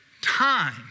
time